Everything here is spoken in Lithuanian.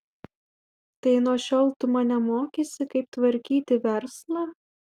tai nuo šiol tu mane mokysi kaip tvarkyti verslą